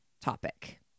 topic